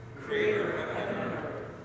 creator